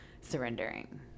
surrendering